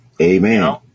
Amen